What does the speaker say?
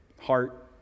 heart